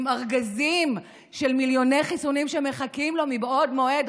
עם ארגזים של מיליוני חיסונים שמחכים לו מבעוד מועד,